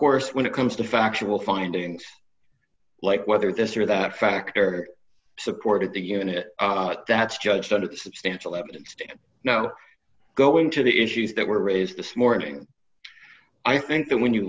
course when it comes to factual findings like whether this or that factor supported the unit that's just under the substantial evidence to go into the issues that were raised this morning i think that when you